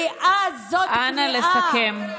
כי אז זו כניעה.